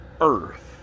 earth